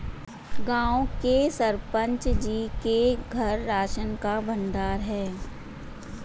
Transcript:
गांव के सरपंच जी के घर राशन का भंडार है